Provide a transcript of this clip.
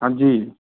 हाँ जी